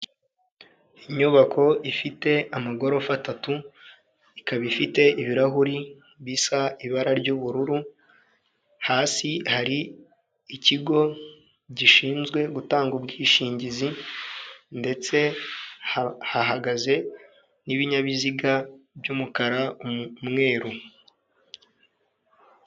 Inyubako ifite amagorofa atatu ikaba ifite ibirahuri bisa ibara ry'ubururu, hasi hari ikigo gishinzwe gutanga ubwishingizi ndetse hahagaze n'ibinyabiziga by'umukara, umweru.